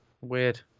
weird